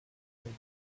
white